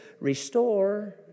restore